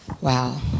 Wow